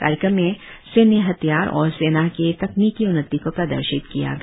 कार्यक्रम में सैन्य हथियार और सेना के तकनीकी उन्नति को प्रदर्शित किया गया